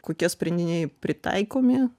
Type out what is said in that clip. kokie sprendiniai pritaikomi